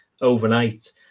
overnight